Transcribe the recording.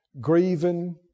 grieving